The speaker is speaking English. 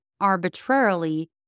arbitrarily